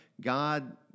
God